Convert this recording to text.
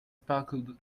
sparkled